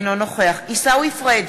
אינו נוכח עיסאווי פריג'